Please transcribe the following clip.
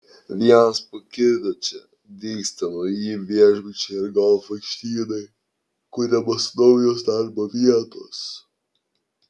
vienas po kito čia dygsta nauji viešbučiai ir golfo aikštynai kuriamos naujos darbo vietos